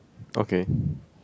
okay